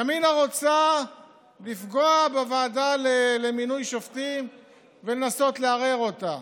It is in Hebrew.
ימינה רוצה לפגוע בוועדה למינוי שופטים ולנסות לערער אותה.